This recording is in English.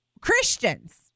Christians